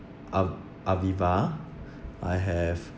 a~ aviva I have